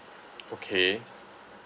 okay